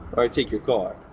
or i take your car.